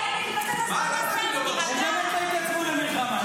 ארבע פעמים הצביע.